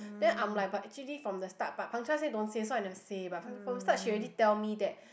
then I'm like but actually from the start but Pang-Cha said don't say so I never say but Pang but from the start she already tell me that